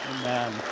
Amen